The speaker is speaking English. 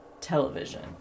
television